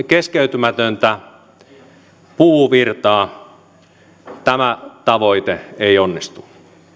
keskeytymätöntä puuvirtaa tämä tavoite ei onnistu